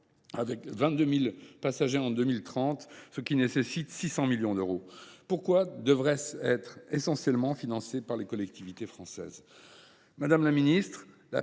avec 22 000 passagers en 2030, ce qui nécessite 600 millions d’euros. Pourquoi est ce que cela devrait être essentiellement financé par les collectivités françaises ?